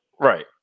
Right